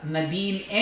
Nadine